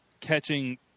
catching